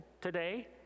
today